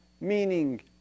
meaning